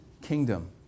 kingdom